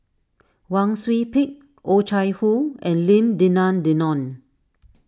Wang Sui Pick Oh Chai Hoo and Lim Denan Denon